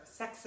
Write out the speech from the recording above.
sexist